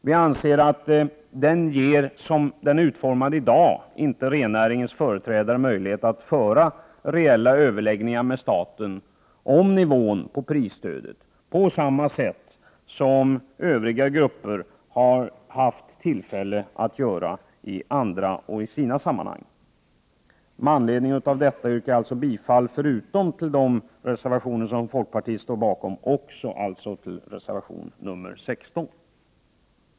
Vi anser att anslagskonstruktionen som den är utformad i dag inte ger rennäringens företrädare möjlighet att föra reella överläggningar med staten om nivån på prisstödet på samma sätt som övriga grupper har haft tillfälle att göra i andra sammanhang. Med anledning av detta yrkar jag bifall förutom till de reservationer som folkpartiet står bakom även till reservation 16.